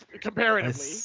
Comparatively